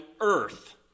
earth